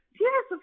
Yes